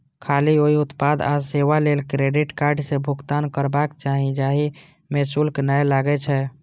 खाली ओइ उत्पाद आ सेवा लेल क्रेडिट कार्ड सं भुगतान करबाक चाही, जाहि मे शुल्क नै लागै छै